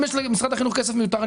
אם למשרד החינוך יש כסף מיותר,